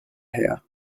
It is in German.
her